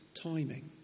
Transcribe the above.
timing